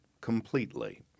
completely